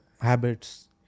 habits